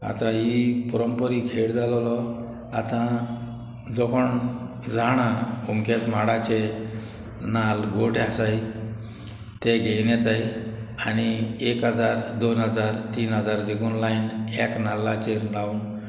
आतां ही परंपरी खेळ जालोलो आतां जो कोण जाणा ओमकेच माडाचे नाल्ल गोट आसाय ते घेयन येताय आनी एक हजार दोन हजार तीन हजार देकून लायन एक नाल्लाचेर लावन